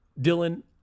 Dylan